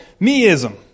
meism